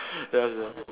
ya sia